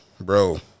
bro